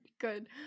good